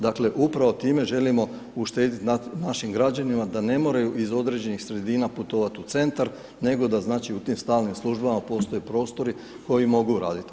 Dakle upravo time želimo uštedjeti našim građanima da ne moraju iz određenih sredina putovati u centar nego da znači u tim stalnim službama postoje prostori koji mogu raditi.